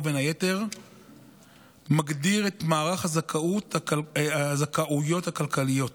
ובין היתר מגדיר את מערך הזכאויות הכלכליות